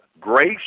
grace